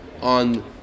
on